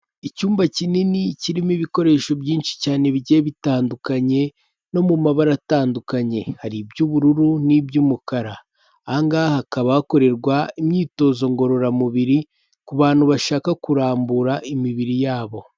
Icyumba kinini kirimo ibikoresho byinshi cyane bigiye bitandukanye no mu mabara atandukanye, hari iby'ubururu n'iby'umukara. Aha ngaha hakaba hakorerwa imyitozo ngororamubiri ku bantu bashaka kurambura imibiri yabo.